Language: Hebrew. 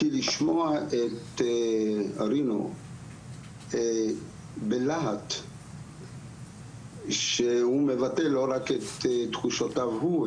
כי לשמוע את רינו בלהט שהוא מבטא לא רק את תחושותיו הוא,